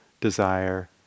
Desire